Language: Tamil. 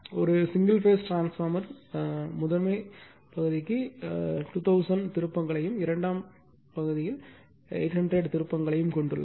ஒரு சிங்கிள் பேஸ் டிரான்ஸ்பார்மர் முதன்மைக்கு 2000 திருப்பங்களையும் இரண்டாம் பக்கத்தில் 800 திருப்பங்களையும் கொண்டுள்ளது